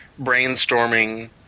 brainstorming